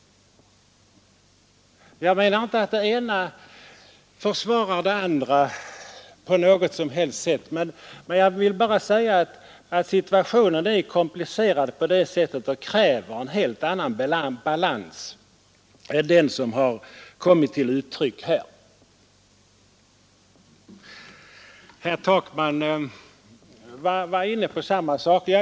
Jag menar inte att det ena försvarar det andra på något som helst sätt. Jag vill bara säga att situationen är komplicerad och kräver en helt annan balans i redovisningen än den som har kommit till uttryck här. Herr Takman var inne på samma saker.